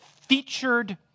featured